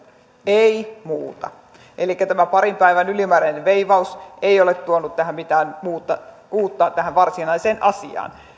ei muuta elikkä tämä parin päivän ylimääräinen veivaus ei ole tuonut mitään uutta tähän varsinaiseen asiaan tai